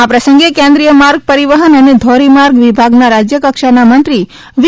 આ પ્રસંગે કેન્દ્રીય માર્ગ પરિવહન અને ધોરીમાર્ગ વિભાગના રાજ્યકક્ષાના મંત્રી વી